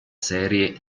serie